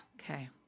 Okay